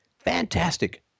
fantastic